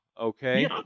okay